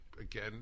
again